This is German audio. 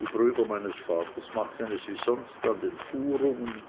die brüder meines vaters machten es wie sonst an den fuhrungen